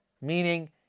meaning